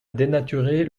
dénaturer